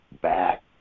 back